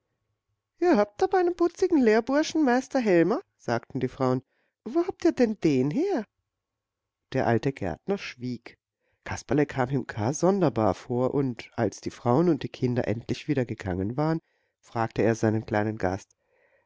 ihr habt aber einen putzigen lehrburschen meister helmer sagten die frauen wo habt ihr denn den her der alte gärtner schwieg kasperle kam ihm gar sonderbar vor und als die frauen und die kinder endlich wieder gegangen waren fragte er seinen kleinen gast